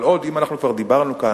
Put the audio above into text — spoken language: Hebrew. אבל עוד, אם כבר דיברנו כאן,